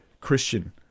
Christian